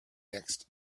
next